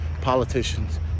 politicians